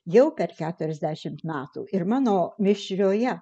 jau per keturiasdešimt metų ir mano mišrioje